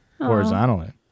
Horizontally